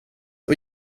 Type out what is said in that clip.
och